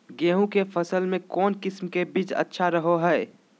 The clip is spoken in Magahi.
गेहूँ के फसल में कौन किसम के बीज अच्छा रहो हय?